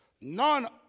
None